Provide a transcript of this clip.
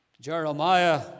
Jeremiah